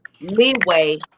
leeway